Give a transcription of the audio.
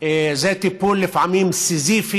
לפעמים זה טיפול סיזיפי,